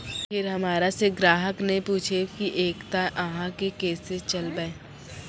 फिर हमारा से ग्राहक ने पुछेब की एकता अहाँ के केसे चलबै?